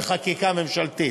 לחקיקה ממשלתית.